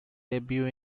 debut